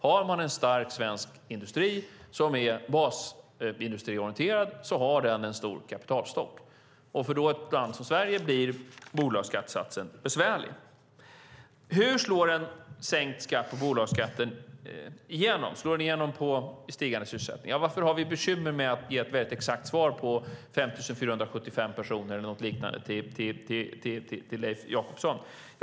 Har man en stark svensk industri som är basindustriorienterad har den en stor kapitalstock. För ett land som Sverige blir bolagsskattesatsen besvärlig. Hur slår en sänkt bolagsskatt igenom? Slår den igenom i stigande sysselsättning? Varför har vi bekymmer med att ge ett väldigt exakt svar på 5 475 personer eller något liknande till Leif Jakobsson?